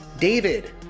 David